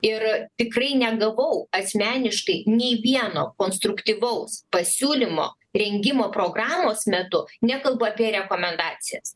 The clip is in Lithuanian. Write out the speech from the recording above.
ir tikrai negavau asmeniškai nei vieno konstruktyvaus pasiūlymo rengimo programos metu nekalbu apie rekomendacijas